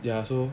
ya so